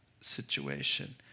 situation